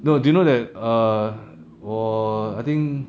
no do you know that err 我 I think